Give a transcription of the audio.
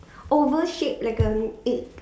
oval shaped like an egg